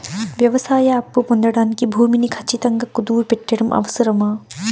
వ్యవసాయ అప్పు పొందడానికి భూమిని ఖచ్చితంగా కుదువు పెట్టడం అవసరమా?